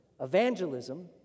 Evangelism